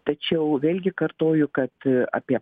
tačiau vėlgi kartoju kad apie